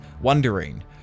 wondering